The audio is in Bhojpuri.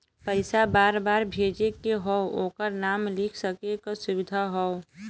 पइसा बार बार भेजे के हौ ओकर नाम लिख सके क सुविधा हौ